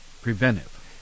preventive